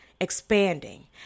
expanding